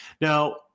Now